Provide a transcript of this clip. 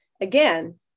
Again